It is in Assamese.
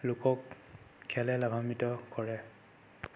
লোকক খেলে লাভাম্বিত কৰে